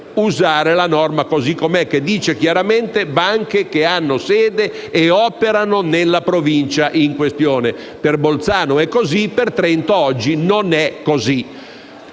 usare la norma così com'è, che fa esplicito riferimento alle banche che hanno sede e operano nella Provincia in questione. Per Bolzano è così, per Trento oggi non è così.